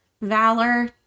valor